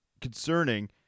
concerning